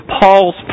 Paul's